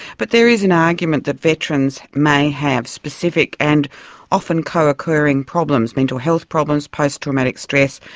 but there is an argument that veterans may have specific and often co-occurring problems mental health problems, post-traumatic stress,